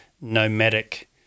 nomadic